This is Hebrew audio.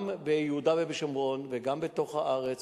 גם ביהודה ובשומרון וגם בתוך הארץ,